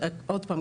עוד פעם,